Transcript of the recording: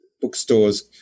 bookstores